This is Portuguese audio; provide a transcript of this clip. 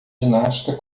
ginástica